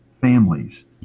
families